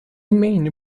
mainly